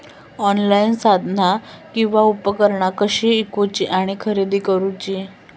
Online साधना आणि उपकरणा कशी ईकूची आणि खरेदी करुची?